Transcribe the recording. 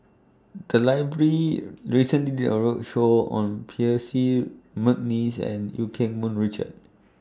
The Library recently did A roadshow on Percy Mcneice and EU Keng Mun Richard